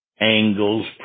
angles